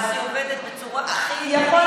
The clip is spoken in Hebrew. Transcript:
איך היא עובדת בצורה הכי עניינית שיכולה